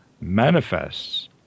manifests